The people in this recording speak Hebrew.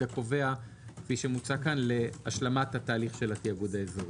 הקבוע כפי שמוצע פה להשלמת התהליך של התאגוד האזורי.